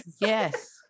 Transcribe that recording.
Yes